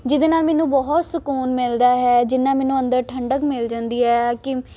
ਜਿਹਦੇ ਨਾਲ ਮੈਨੂੰ ਬਹੁਤ ਸੁਕੂਨ ਮਿਲਦਾ ਹੈ ਜਿੰਨਾਂ ਮੈਨੂੰ ਅੰਦਰ ਠੰਡਕ ਮਿਲ ਜਾਂਦੀ ਹੈ ਕਿ